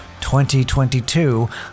2022